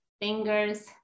fingers